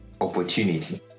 opportunity